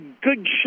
good